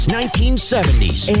1970s